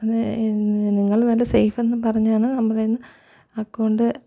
അത് എന്ന് നിങ്ങൾ നല്ല സേഫെന്നും പറഞ്ഞാണ് നമ്മളേന്ന് അക്കൗണ്ട്